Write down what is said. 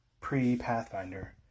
pre-Pathfinder